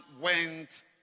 went